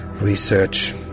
research